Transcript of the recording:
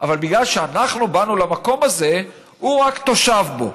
אבל בגלל שאנחנו באנו למקום הזה הוא רק תושב בו.